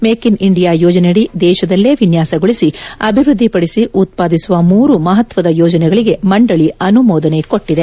make in India ಯೋಜನೆಯಡಿ ದೇಶದಲ್ಲೇ ವಿನ್ಯಾಸಗೊಳಿಸಿ ಅಭಿವೃದ್ದಿಪಡಿಸಿ ಉತ್ಪಾದಿಸುವ ಮೂರು ಮಹತ್ವದ ಯೋಜನೆಗಳಿಗೆ ಮಂಡಳಿ ಅನುಮೋದನೆ ಕೊಟ್ಟಿದೆ